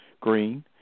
green